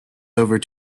over